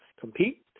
compete